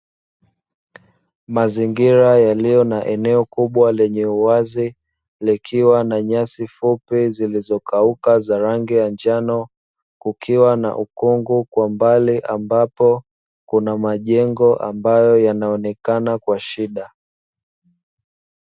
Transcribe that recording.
Mazingira yaliyo na eneo kubwa lenye uwazi likiwa na nyasi fupi zilizokauka za rangi ya njano, kukiwa na ukungu kwa mbali ambapo kuna majengo ambayo yanaonekana kwa shida.